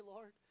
Lord